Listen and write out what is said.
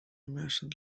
merchant